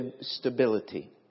stability